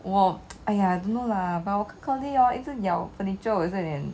!aiya! don't know lah but 我看 cloudy hor 一直咬 furniture 我也是有点